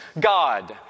God